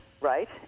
right